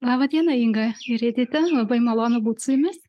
labą dieną inga ir edita labai malonu būt su jumis